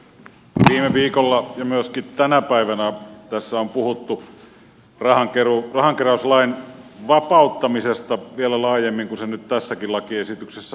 viime viikolla ja myöskin tänä päivänä tässä on puhuttu rahankeräyslain vapauttamisesta vielä laajemmin kuin se nyt tässäkin lakiesityksessä on